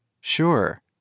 Sure